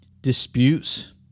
disputes